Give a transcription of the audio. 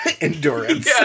endurance